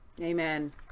Amen